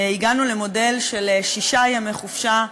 הגענו למודל של שישה ימי חופשה,